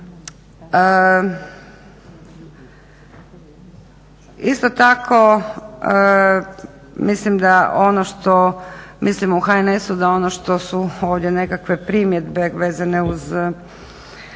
ono što mislimo u HNS-u da ono što su ovdje nekakve primjedbe vezane uz